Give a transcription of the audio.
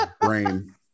brain